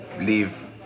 leave